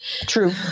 True